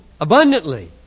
abundantly